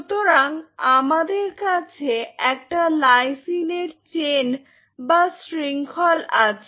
সুতরাং আমাদের কাছে একটা লাইসিনের চেন বা শৃংখল আছে